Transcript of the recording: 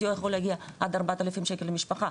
הסיוע יכול להגיע עד 4,000 ₪ למשפחה,